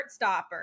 Heartstopper